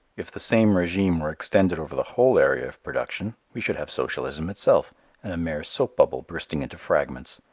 if the same regime were extended over the whole area of production, we should have socialism itself and a mere soap-bubble bursting into fragments.